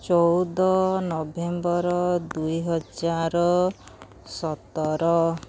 ଚଉଦ ନଭେମ୍ବର ଦୁଇହଜାର ସତର